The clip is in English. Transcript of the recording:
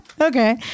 okay